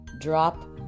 drop